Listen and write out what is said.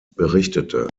berichtete